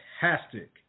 fantastic